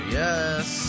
yes